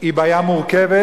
היא בעיה מורכבת,